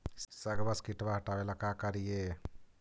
सगिया से किटवा हाटाबेला का कारिये?